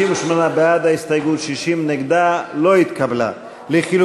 קבוצת סיעת הרשימה המשותפת וקבוצת סיעת יש עתיד לסעיף